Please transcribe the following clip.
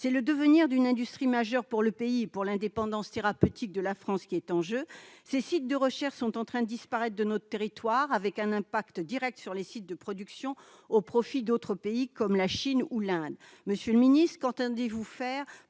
d'État, le devenir d'une industrie majeure pour le pays et pour l'indépendance thérapeutique de la France est en jeu. Ces sites de recherche sont en train de disparaître de notre territoire, avec un impact direct sur les sites de production, au profit d'autres pays comme la Chine ou l'Inde. Monsieur le secrétaire d'État, qu'entendez-vous faire